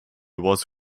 was